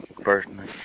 personally